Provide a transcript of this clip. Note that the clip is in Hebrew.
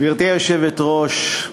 גברתי היושבת-ראש,